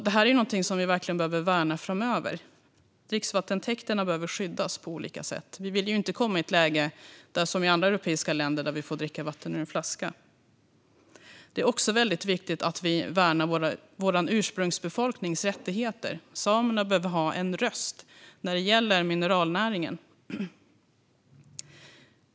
Det är någonting som vi verkligen behöver värna framöver. Dricksvattentäkterna behöver skyddas på olika sätt. Vi vill ju inte komma i ett läge, som i andra europeiska länder, där vi får dricka vatten ur en flaska. Det är också viktigt att vi värnar vår ursprungsbefolknings rättigheter. Samerna behöver ha en röst när det gäller mineralnäringen.